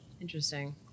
Interesting